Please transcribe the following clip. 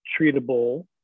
treatable